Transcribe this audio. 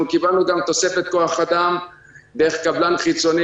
קיבלנו גם תוספת כוח אדם דרך קבלן חיצוני,